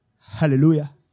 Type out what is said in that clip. Hallelujah